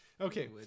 Okay